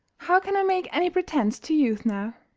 how can i make any pretense to youth now?